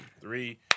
three